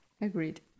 Agreed